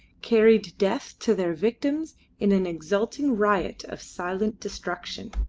carried death to their victims in an exulting riot of silent destruction.